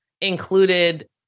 included